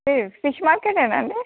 fish మార్కెటేనా అండి